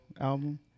album